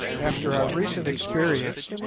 after our recent experience,